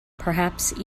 perhaps